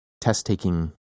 test-taking